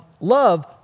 Love